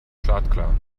startklar